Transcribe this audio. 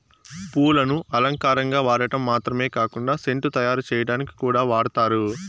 పూలను అలంకారంగా వాడటం మాత్రమే కాకుండా సెంటు తయారు చేయటానికి కూడా వాడతారు